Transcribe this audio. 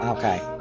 Okay